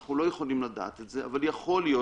אנחנו לא יכולים לדעת את זה אבל יכול להיות